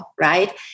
right